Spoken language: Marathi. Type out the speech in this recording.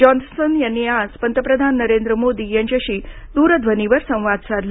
जॉनसन यांनी आज पंतप्रधान नरेंद्र मोदी यांच्याशी दूरध्वनीवर संवाद साधला